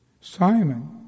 Simon